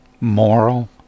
moral